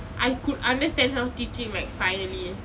I could understand her teaching like finally